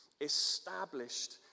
established